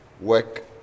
work